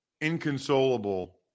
Inconsolable